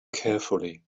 carefully